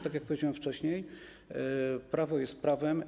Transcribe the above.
Tak jak powiedziałem wcześniej, prawo jest prawem.